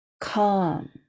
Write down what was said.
Calm